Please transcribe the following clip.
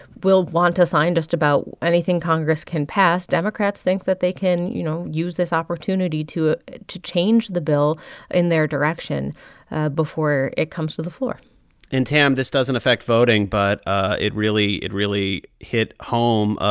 will want to sign just about anything congress can pass, democrats think that they can, you know, use this opportunity to ah to change the bill in their direction before it comes to the floor and, tam, this doesn't affect voting, but ah it really it really hit home.